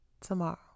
tomorrow